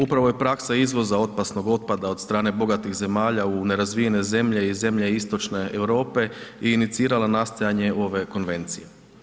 Upravo je praksa izvoza opasnog otpada od strane bogatih zemalja u nerazvijene zemlje i zemlje istočne Europe je inicirala nastajanje ove konvencije.